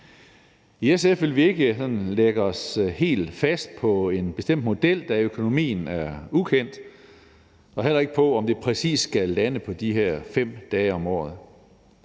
I SF vil vi ikke sådan lægge os helt fast på en bestemt model, da økonomien er ukendt, og heller ikke på, om det præcis skal lande på de her 5 dage om året.